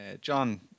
John